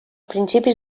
principis